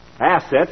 Assets